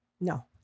No